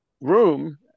room